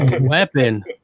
weapon